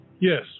Yes